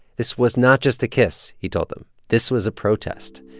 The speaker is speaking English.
this was not just a kiss, he told them. this was a protest.